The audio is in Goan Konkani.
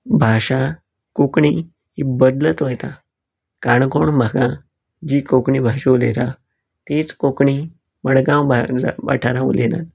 भाशा कोंकणी ही बदलत वयता काणकोण भागांत जी कोंकणी भाशा उलयता तीच कोंकणी मडगांव भायर वाठारांत उलयनात